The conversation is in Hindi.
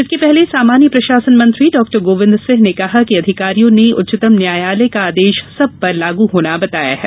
इसके पहले सामान्य प्रशासन मंत्री डॉ गोविंद सिंह ने कहा कि अधिकारियों ने उच्चतम न्यायालय का आदेश सब पर लागू होना बताया है